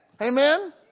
Amen